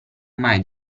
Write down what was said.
mai